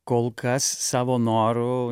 kol kas savo noru